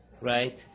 right